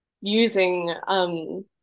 using